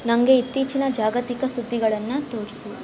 ನನಗೆ ಇತ್ತೀಚಿನ ಜಾಗತಿಕ ಸುದ್ದಿಗಳನ್ನು ತೋರಿಸು